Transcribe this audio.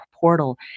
portal